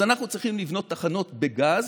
אז אנחנו צריכים לבנות תחנות בגז